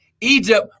Egypt